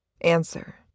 Answer